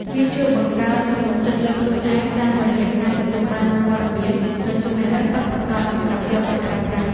វាជួយបង្កើនទំនុកចិត្តលើខ្លួនឯង តាមរយៈការទទួលបាននូវព័ត៌មាន និងចំណេះដឹងពិតប្រាកដសម្រាប់យកទៅប្រើប្រាស់។